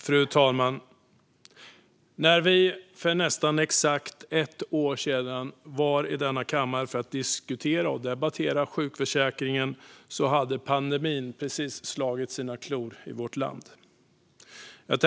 Fru talman! När vi här i kammaren för nästan exakt ett år sedan debatterade sjukförsäkringen hade pandemin precis slagit sina klor i vårt land.